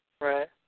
Right